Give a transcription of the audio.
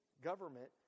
government